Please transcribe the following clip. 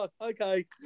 Okay